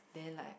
day light